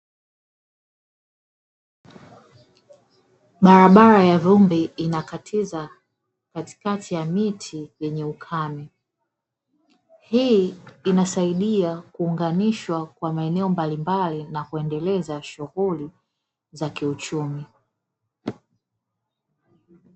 Barabara ya vumbi inakatiza katikati ya miti yenye ukame. Hii inasaidia kuunganishwa kwa maeneo mbalimbali na kuendeleza shughuli za kiuchumi